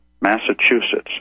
Massachusetts